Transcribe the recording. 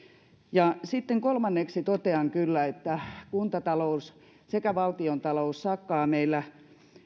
sitten kolmanneksi totean kyllä että kuntatalous sekä valtiontalous sakkaavat meillä